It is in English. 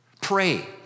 Pray